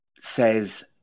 says